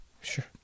Sure